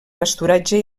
pasturatge